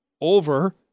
over